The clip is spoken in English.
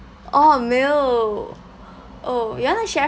oh meal oh you want to share